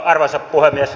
arvoisa puhemies